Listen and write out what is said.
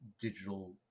digital